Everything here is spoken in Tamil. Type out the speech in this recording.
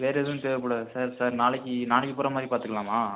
வேறு எதுவும் தேவைப்படாதா சார் சார் நாளைக்கு நாளைக்கு போகிற மாதிரி பார்த்துக்குலாமா